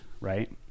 right